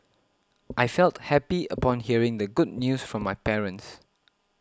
I felt happy upon hearing the good news from my parents